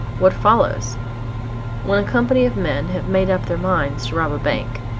what follows when a company of men have made up their minds to rob a bank,